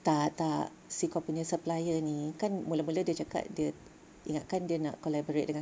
tak tak si kau punya supplier ni kan mula-mula dia cakap dia ingatkan dia nak collaborate dengan kau